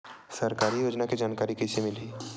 सरकारी योजना के जानकारी कइसे मिलही?